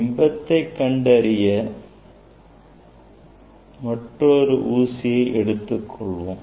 பிம்பத்தை கண்டறிய மற்றொரு ஊசியை எடுத்துக் கொள்வோம்